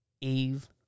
Eve